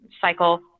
cycle